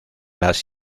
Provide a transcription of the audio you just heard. las